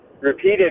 repeated